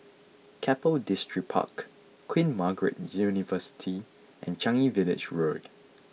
Keppel Distripark Queen Margaret University and Changi Village Road